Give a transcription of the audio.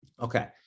Okay